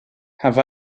have